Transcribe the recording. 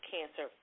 Cancer